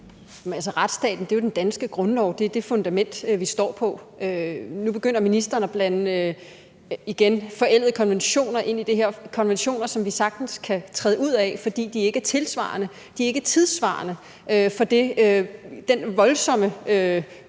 Men retsstaten er jo den danske grundlov, og det er det fundament, vi står på. Nu begynder ministeren igen at blande forældede konventioner ind i det her – konventioner, som vi sagtens kan træde ud af, fordi de ikke er tidsvarende i forhold til den voldsomme